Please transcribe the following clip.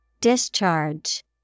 Discharge